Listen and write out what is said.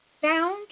found